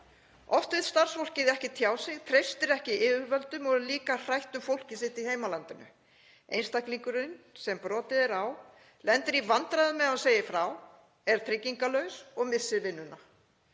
Oft vill starfsfólkið ekki tjá sig, treystir ekki yfirvöldum og er líka hrætt um fólkið sitt í heimalandinu. Einstaklingurinn sem brotið er á lendir í vandræðum ef hann segir frá, er tryggingalaus og missir vinnuna.